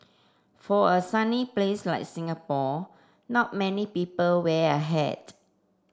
for a sunny place like Singapore not many people wear a hat